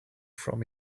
from